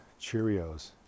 Cheerios